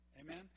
Amen